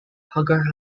hagar